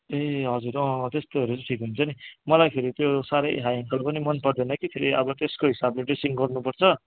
ए हजुर अँ अँ त्यस्तोहरू चाहिँ ठिक हुन्छ नि मलाई फेरि त्यो साह्रै हाई एङ्कल पनि मनपर्दैन कि फेरि अब त्यसको हिसाबले ड्रेसिङ गर्नुपर्छ